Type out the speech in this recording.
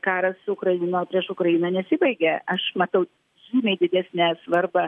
karas su ukraina prieš ukrainą nesibaigė aš matau žymiai didesnę svarbą